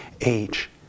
age